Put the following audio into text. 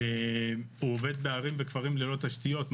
הוא עובד בערים ובכפרים ללא תשתיות,